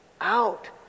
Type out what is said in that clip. out